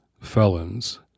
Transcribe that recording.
felons